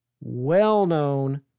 well-known